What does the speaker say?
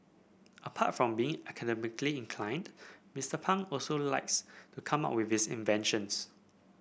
apart from being academically inclined Mister Pang also likes to come up with inventions